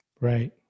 right